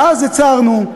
ואז הצהרנו,